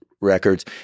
Records